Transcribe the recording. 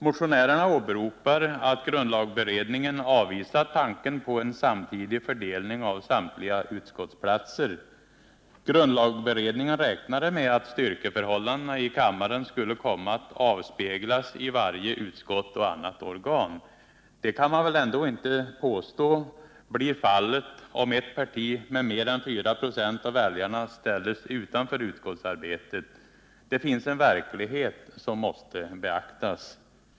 Motionärerna åberopar att grundlagberedningen avvisat tanken på en samtidig fördelning av samtliga utskottsplatser. Grundlagberedningen räknade med att styrkeförhållandena i kammaren skulle komma att avspeglas i varje utskott och annat organ. Det kan man väl ändå inte påstå blir fallet, om ett parti med mer än 4 96 av väljarna ställs utanför utskottsarbetet. Det finns en verklighet som måste beaktas.